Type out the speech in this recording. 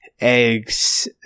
eggs